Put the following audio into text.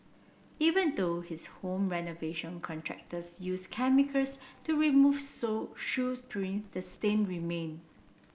even though his home renovation contractors used chemicals to remove show shoes prints the stain remained